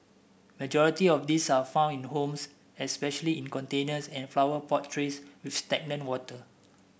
majority of these are found in homes especially in containers and flower pot trays with stagnant water